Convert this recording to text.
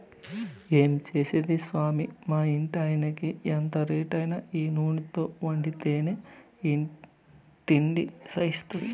ఏం చేసేది సామీ మా ఇంటాయినకి ఎంత రేటైనా ఈ నూనెతో వండితేనే తిండి సయిత్తాది